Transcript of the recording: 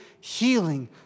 healing